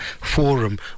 forum